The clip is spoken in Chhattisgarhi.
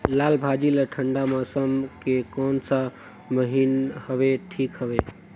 लालभाजी ला ठंडा मौसम के कोन सा महीन हवे ठीक हवे?